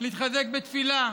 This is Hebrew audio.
להתחזק בתפילה.